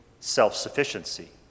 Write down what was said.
self-sufficiency